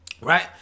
right